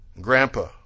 Grandpa